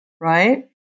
right